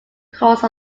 course